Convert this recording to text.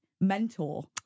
mentor